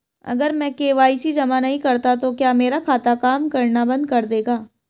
अगर मैं के.वाई.सी जमा नहीं करता तो क्या मेरा खाता काम करना बंद कर देगा?